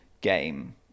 game